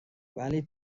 ولی